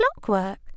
clockwork